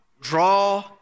Draw